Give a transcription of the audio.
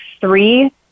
three